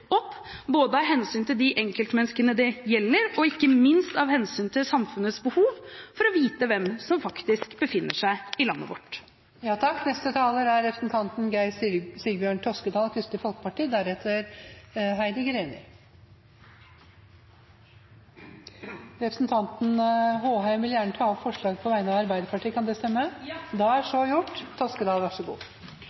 opp, både av hensyn til de enkeltmenneskene det gjelder, og ikke minst av hensyn til samfunnets behov for å vite hvem som faktisk befinner seg i landet